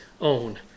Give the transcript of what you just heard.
own